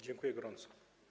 Dziękuję gorąco.